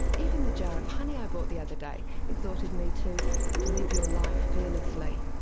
even the jar of honey i bought the other day exhorted me to live your life fearlessly.